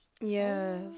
Yes